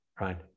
right